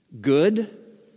good